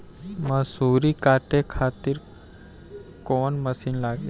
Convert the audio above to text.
मसूरी काटे खातिर कोवन मसिन लागी?